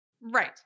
Right